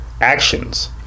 actions